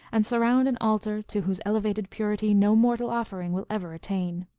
and surround an altar to whose elevated purity no mortal offering will ever attain.